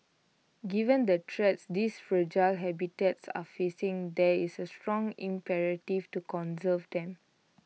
given the threats these fragile habitats are facing there is A strong imperative to conserve them